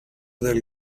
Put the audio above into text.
del